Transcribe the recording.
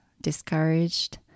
discouraged